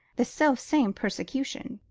the self-same persecution.